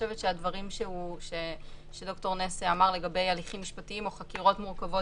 הדברים שד"ר נס אמר לגבי הליכים משפטיים או חקירות מורכבות,